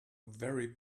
very